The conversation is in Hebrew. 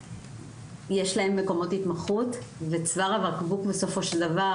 יש להם מקומות התמחות וצוואר הבקבוק בסופו של דבר,